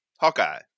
Hawkeye